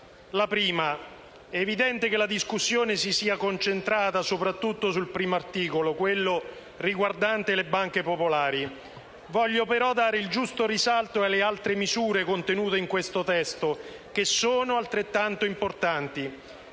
alla prima, è evidente che la discussione si sia concentrata soprattutto sul primo articolo, quello riguardante le banche popolari. Voglio, però, dare il giusto risalto alle altre misure contenute in questo testo, che sono altrettanto importanti.